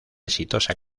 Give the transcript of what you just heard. exitosa